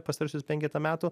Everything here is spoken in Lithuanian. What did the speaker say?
pastaruosius penketą metų